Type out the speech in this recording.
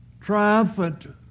triumphant